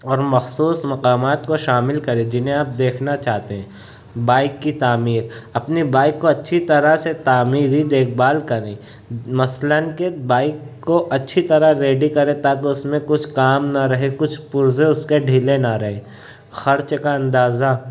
اور مخصوص مقامات کو شامل کریں جنہیں آپ دیکھنا چاہتے ہیں بائک کی تعمیر اپنے بائک کو اچھی طرح سے تعمیری دیکھ بھال کریں مثلاً کہ ایک بائک کو اچھی طرح ریڈی کریں تاکہ اس میں کچھ کام نہ رہے کچھ پرزے اس کے ڈھیلے نہ رہیں خرچ کا اندازہ